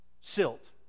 Silt